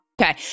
Okay